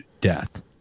death